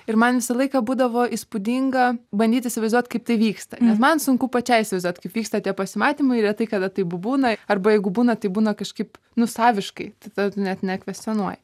ir man visą laiką būdavo įspūdinga bandyt įsivaizduot kaip tai vyksta nes man sunku pačiai įsivaizduot kaip vyksta tie pasimatymai retai kada taip būna arba jeigu būna tai būna kažkaip nu saviškai tai tada tu net nekvestionuoji